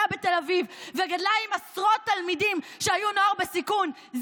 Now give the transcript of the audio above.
בתל אביב וגדלה עם עשרות תלמידים שהיו נוער בסיכון,